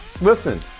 Listen